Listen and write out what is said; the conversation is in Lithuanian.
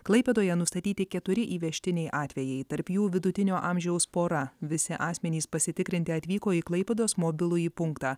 klaipėdoje nustatyti keturi įvežtiniai atvejai tarp jų vidutinio amžiaus pora visi asmenys pasitikrinti atvyko į klaipėdos mobilųjį punktą